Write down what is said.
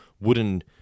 wooden